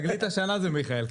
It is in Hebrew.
תגלית השנה זה מיכאל.